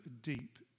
deep